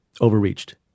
overreached